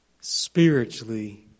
spiritually